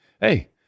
Hey